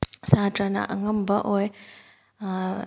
ꯁꯥꯇ꯭ꯔꯅ ꯑꯉꯝꯕ ꯑꯣꯏ